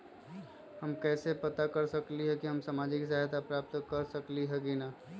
हम कैसे पता कर सकली ह की हम सामाजिक सहायता प्राप्त कर सकली ह की न?